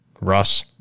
Russ